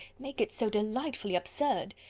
make it so delightfully absurd!